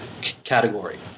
category